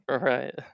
Right